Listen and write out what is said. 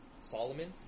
Solomon